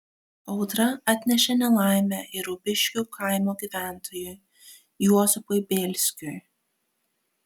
audra atnešė nelaimę ir ubiškių kaimo gyventojui juozapui bėlskiui